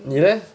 你 leh